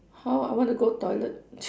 how I want to go toilet